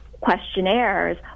questionnaires